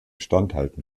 standhalten